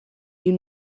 you